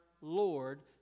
Lord